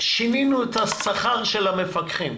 ושינינו את השכר של המפקחים.